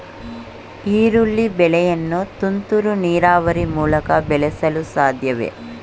ಈರುಳ್ಳಿ ಬೆಳೆಯನ್ನು ತುಂತುರು ನೀರಾವರಿ ಮೂಲಕ ಬೆಳೆಸಲು ಸಾಧ್ಯವೇ?